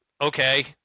Okay